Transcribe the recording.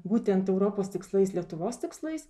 būtent europos tikslais lietuvos tikslais